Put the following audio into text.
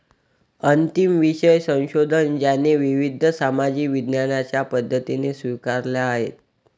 अंतिम विषय संशोधन ज्याने विविध सामाजिक विज्ञानांच्या पद्धती स्वीकारल्या आहेत